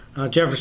Jefferson